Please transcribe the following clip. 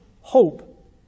hope